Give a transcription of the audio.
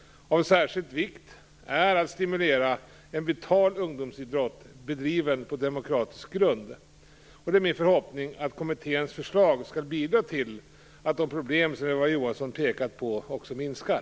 Av särskild vikt är att stimulera en vital ungdomsidrott bedriven på demokratisk grund. Det är min förhoppning att kommitténs förslag skall bidra till att de problem som Eva Johansson har pekat på minskar.